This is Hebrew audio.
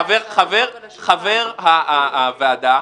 חבר הוועדה,